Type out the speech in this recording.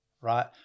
right